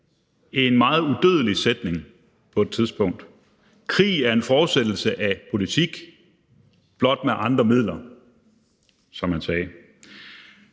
en udødelig sætning på et tidspunkt. Krig er en fortsættelse af politik, blot med andre midler, som han sagde.